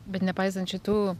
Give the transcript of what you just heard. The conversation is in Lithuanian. bet nepaisant šitų